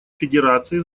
федерации